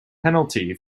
penalty